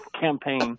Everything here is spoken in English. campaign